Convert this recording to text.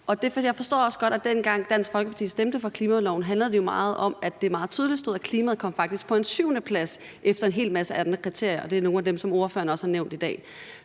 Og jeg forstår også godt, at det, dengang Dansk Folkeparti stemte for klimaloven, handlede meget om, at det stod meget tydeligt, at klimaet faktisk kom på en syvendeplads efter en hel masse andre kriterier, og det er også nogle af dem, som ordføreren har nævnt i dag.